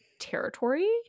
territory